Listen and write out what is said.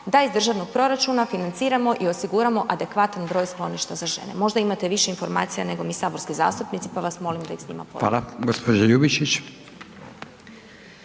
da iz državnog proračuna financiramo i osiguramo adekvatan broj skloništa za žene, možda imate više informacija nego mi saborski zastupnici pa vas molim da ih s njima podijelite. **Radin, Furio